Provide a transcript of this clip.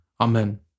Amen